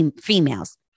females